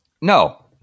No